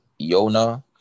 yona